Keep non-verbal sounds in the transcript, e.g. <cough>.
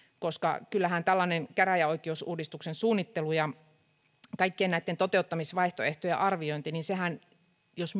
koska kyllähän tällainen käräjäoikeusuudistuksen suunnittelu ja kaikkien näitten toteuttamisvaihtoehtojen arviointi jos <unintelligible>